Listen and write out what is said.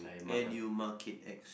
and you mark it X